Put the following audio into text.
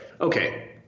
okay